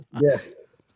Yes